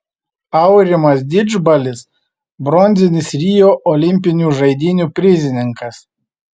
aurimas didžbalis bronzinis rio olimpinių žaidynių prizininkas